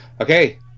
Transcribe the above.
okay